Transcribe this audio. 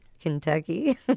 Kentucky